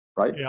right